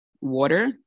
water